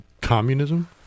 communism